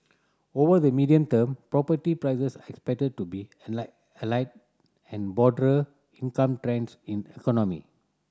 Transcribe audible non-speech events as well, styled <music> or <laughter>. over the medium term property prices are expected to be <unintelligible> aligned and broader income trends in economy